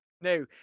No